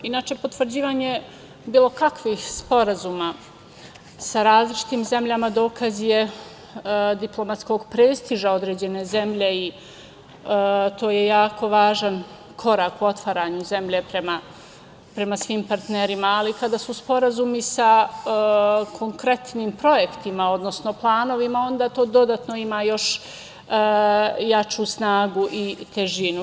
Inače, potvrđivanje bilo kakvih sporazuma sa različitim zemljama dokaz je diplomatskog prestiža određene zemlje i to je jako važan korak u otvaranju zemlje prema svim partnerima, ali kada su sporazumi sa konkretnim projektima, odnosno planovima, onda to dodatno ima još jaču snagu i težinu.